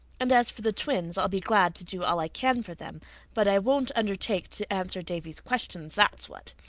and as for the twins, i'll be glad to do all i can for them but i won't undertake to answer davy's questions, that's what.